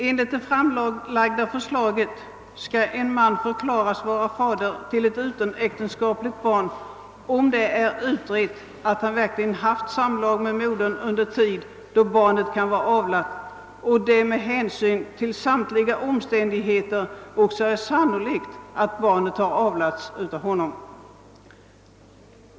Enligt det framlagda förslaget skall en man förklaras vara fader till ett utomäktenskapligt barn om det är utrett att han verkligen haft samlag med modern under tid då barnet kan vara avlat och det med hänsyn till samtliga omständigheter också är sannolikt att barnet avlats av honom.